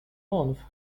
month